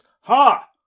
Ha